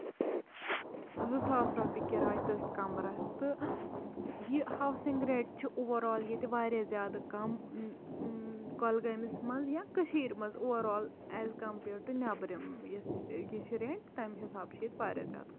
زٕ ساس رۄپیہِ کِرایہِ تٔتھۍ کَمبرَس تہٕ یہِ ہاوسِنگ رینٹ چھُ اوٚورآل ییٚتہِ واریاہ زیادٕ کَم کۄلگٲمِس منٛز یا کٔشیٖر منٛز اوٚورآل ایز کَمپِیٲڑ ٹوٗ نیٚبرِم یہِ چھےٚ رینٹ تَمہِ حِسابہٕ چھُ ییٚتہِ واریاہ زیادٕ کَم